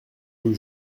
rue